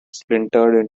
splintered